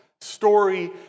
story